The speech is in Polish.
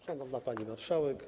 Szanowna Pani Marszałek!